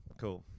Cool